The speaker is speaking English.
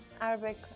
Arabic